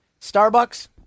Starbucks